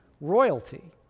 royalty